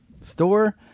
store